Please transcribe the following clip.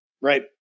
Right